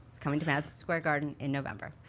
it's coming to madison square garden in november.